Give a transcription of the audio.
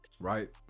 right